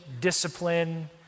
discipline